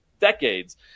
decades